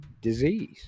disease